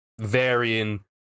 varying